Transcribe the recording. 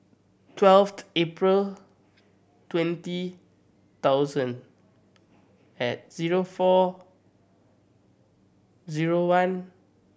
twelfth April twenty thousand at zero four zero one